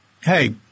Hey